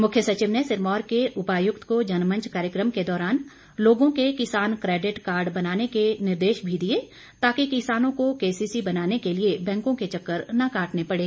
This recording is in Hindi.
मुख्य सचिव ने सिरमौर के उपायुक्त को जनमंच कार्यक्रम के दौरान लोगों के किसान क्रैडिट कार्ड बनाने के निर्देश भी दिए ताकि किसानों को केसीसी बनाने के लिए बैंकों के चक्कर न काटने पड़े